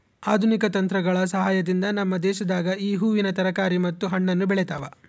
ಆಧುನಿಕ ತಂತ್ರಗಳ ಸಹಾಯದಿಂದ ನಮ್ಮ ದೇಶದಾಗ ಈ ಹೂವಿನ ತರಕಾರಿ ಮತ್ತು ಹಣ್ಣನ್ನು ಬೆಳೆತವ